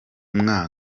mwaka